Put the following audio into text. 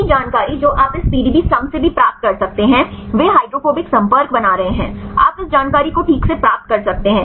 वही जानकारी जो आप इस PDBsum से भी प्राप्त कर सकते हैं वे हाइड्रोफोबिक संपर्क बना रहे हैं आप इस जानकारी को ठीक से प्राप्त कर सकते हैं